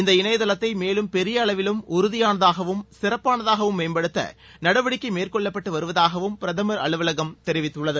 இந்த இணையதளத்தை மேலும் பெரிய அளவிலும் உறுதியானதாகவும் சிறப்பானதாகவும் மேம்படுத்த நடவடிக்கை மேற்கொள்ளப்பட்டு வருவதாகவும் பிரதமர் அலுவலகம் தெரிவித்துள்ளது